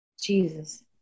Jesus